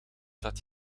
dat